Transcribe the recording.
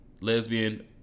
lesbian